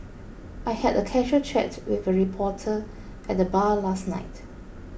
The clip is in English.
I had a casual chat with a reporter at the bar last night